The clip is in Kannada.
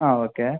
ಹಾಂ ಓಕೆ